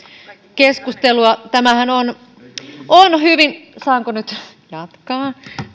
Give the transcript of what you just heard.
keskustelua tämähän on kyllä hyvin saanko nyt jatkaa